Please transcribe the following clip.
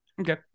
okay